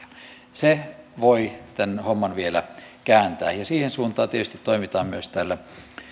se voi tämän homman vielä kääntää ja siihen suuntaan tietysti toimitaan myös täällä